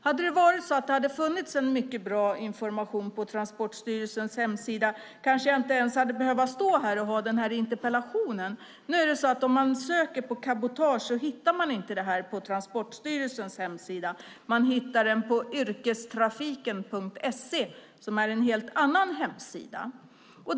Om det hade funnits mycket bra information på Transportstyrelsens hemsida kanske jag inte ens hade behövt stå här med denna interpellation. Om man söker på cabotage hittar man inte det på Transportstyrelsens hemsida utan man hittar det på yrkestrafiken.se, som är en helt annan hemsida.